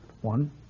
One